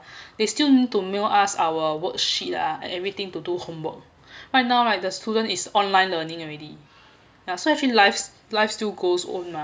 they still need to mail us our worksheet ah everything to do homework right now right the student is online learning already yeah so actually life s~ life still goes on mah